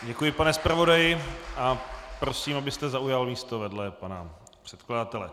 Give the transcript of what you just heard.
Děkuji, pane zpravodaji, a prosím, abyste zaujal místo vedle pana předkladatele.